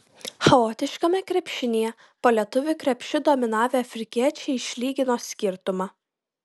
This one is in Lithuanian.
chaotiškame krepšinyje po lietuvių krepšiu dominavę afrikiečiai išlygino skirtumą